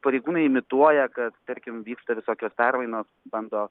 pareigūnai imituoja kad tarkim vyksta visokios permainos bando